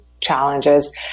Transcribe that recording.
challenges